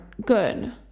good